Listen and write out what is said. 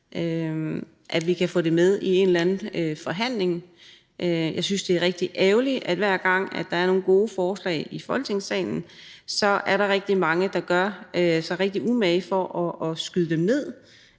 kan vi få det med i en eller anden forhandling. Jeg synes, det er rigtig ærgerligt, at hver gang der er nogle gode forslag i Folketingssalen, er der rigtig mange, der gør sig rigtig meget umage for at skyde dem ned